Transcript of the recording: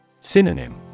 Synonym